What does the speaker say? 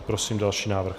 Prosím další návrh.